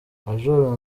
majoro